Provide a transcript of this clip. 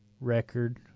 record